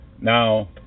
now